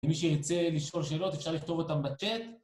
מי שירצה לשאול שאלות, אפשר לכתוב אותם בצ'אט...